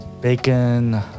bacon